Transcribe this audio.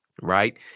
right